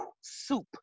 soup